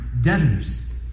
debtors